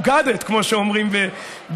You got it, כמו שאומרים בלעז.